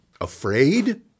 afraid